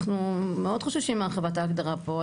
אנחנו מאוד חוששים מהרחבת ההגדרה פה.